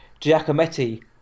Giacometti